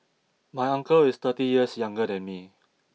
my uncle is thirty years younger than me